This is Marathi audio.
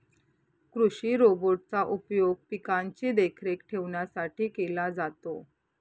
कृषि रोबोट चा उपयोग पिकांची देखरेख ठेवण्यासाठी केला जातो